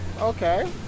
okay